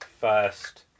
first